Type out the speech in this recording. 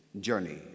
journey